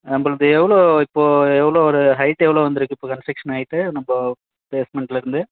நம்பள்து எவ்வளோ இப்போ எவ்வளோ ஒரு ஹைட்டு எவ்வளோ வந்துயிருக்கு இப்போ கன்ஸ்ட்ரக்ஷன் ஹைட்டு நம்ப பேஸ்மன்ட்டுலருந்து